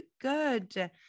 good